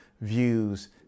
views